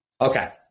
Okay